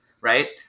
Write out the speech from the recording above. Right